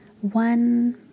One